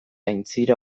aintzira